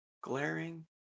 Glaring